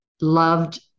loved